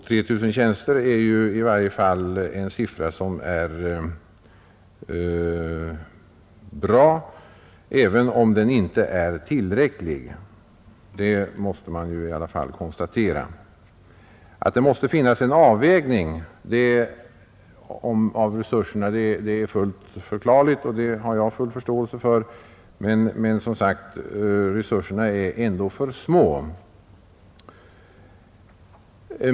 3 000 tjänster är ju bra, även om det inte är tillräckligt — det måste man i alla fall konstatera. Att det måste göras en avvägning av resurserna är fullt förklarligt, och det har jag full förståelse för. Men resurserna är ändå, som sagt, för små.